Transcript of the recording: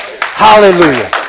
Hallelujah